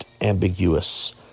ambiguous